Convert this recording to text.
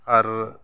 ᱟᱨ